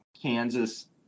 Kansas